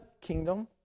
kingdom